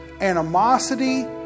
animosity